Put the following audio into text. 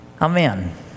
Amen